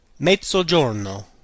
mezzogiorno